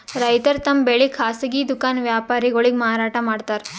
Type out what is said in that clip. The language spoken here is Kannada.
ರೈತರ್ ತಮ್ ಬೆಳಿ ಖಾಸಗಿ ದುಖಾನ್ ವ್ಯಾಪಾರಿಗೊಳಿಗ್ ಮಾರಾಟ್ ಮಾಡ್ತಾರ್